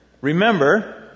remember